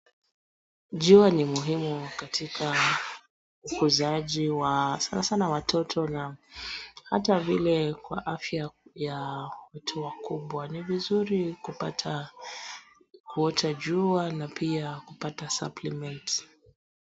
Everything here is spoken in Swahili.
Jua ni muhimu katika ukujazi wa sana sana watoto na hata vile kwa afya ya watu wakubwa ni vizuri kupata kuota jua na pia kupata supplements .